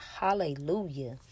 Hallelujah